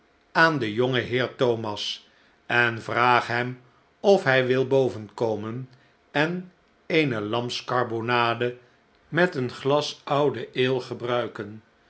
aan den jongen heer thomas en vraag hem of hij wil bovenkomen en eene lamskarbonade met een glas oude ale gebruiken